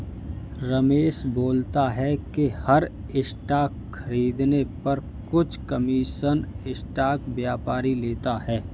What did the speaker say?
रमेश बोलता है कि हर स्टॉक खरीदने पर कुछ कमीशन स्टॉक व्यापारी लेता है